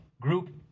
group